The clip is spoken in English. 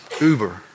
Uber